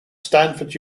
stanford